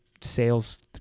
sales